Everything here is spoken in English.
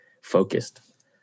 focused